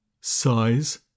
size